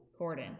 Corden